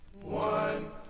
one